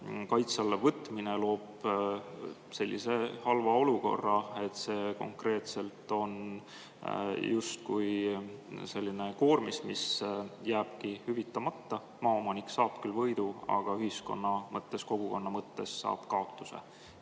kaitse alla võtmine loob sellise halva olukorra, et see konkreetselt on justkui selline koormis, mis jääbki hüvitamata. Maaomanik saab küll võidu, aga ühiskonna mõttes, kogukonna mõttes saab kaotuse.